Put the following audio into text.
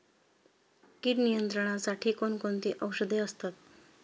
कीड नियंत्रणासाठी कोण कोणती औषधे असतात?